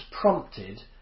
prompted